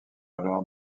alors